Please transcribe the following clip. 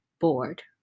bored